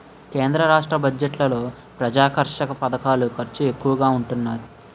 కేంద్ర రాష్ట్ర బడ్జెట్లలో ప్రజాకర్షక పధకాల ఖర్చు ఎక్కువగా ఉంటున్నాది